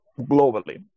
globally